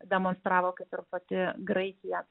demonstravo kad ir pati graikija